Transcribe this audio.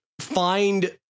find